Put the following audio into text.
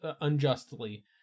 unjustly